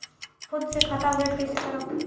हम खुद से खाता अपडेट कइसे करब?